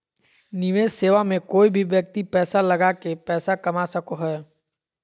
निवेश सेवा मे कोय भी व्यक्ति पैसा लगा के पैसा कमा सको हय